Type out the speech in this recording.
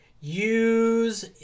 use